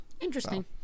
Interesting